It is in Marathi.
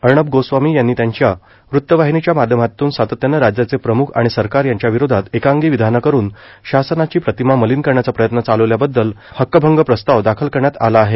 अर्णब गोस्वामी यांनी त्यांच्या वृत्तवाहिनीच्या माध्यमातून सातत्यानं राज्याचे प्रम्ख आणि सरकार यांच्याविरोधात एकांगी विधानं करून शासनाची प्रतिमा मलिन करण्याचा प्रयत्न चालवल्याबद्दल हा हक्कभंग प्रस्ताव दाखल करण्यात आला आहे